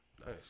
nice